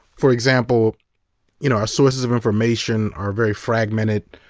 for example you know our sources of information are very fragmented.